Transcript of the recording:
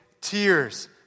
Tears